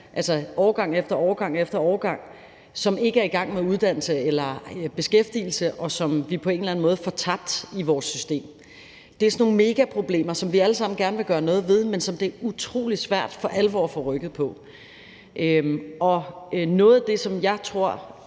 altså årgang efter årgang efter årgang – som ikke er i gang med uddannelse eller beskæftigelse, og som vi på en eller anden måde får tabt i vores system? Det er sådan nogle megaproblemer, som vi alle sammen gerne vil gøre noget ved, men som det er utrolig svært for alvor at få rykket på. Noget af det, som jeg tror